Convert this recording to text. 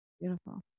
Beautiful